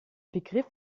begriff